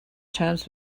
terms